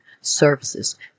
Services